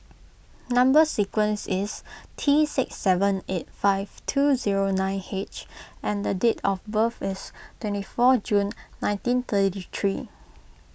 Number Sequence is T six seven eight five two zero nine H and the date of birth is twenty four June nineteen thirty three